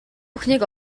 бүхнийг